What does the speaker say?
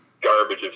garbage